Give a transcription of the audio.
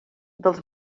dels